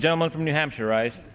a gentleman from new hampshire right